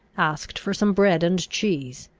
asked for some bread and cheese.